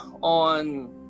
on